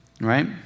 Right